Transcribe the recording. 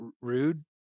rude